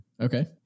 Okay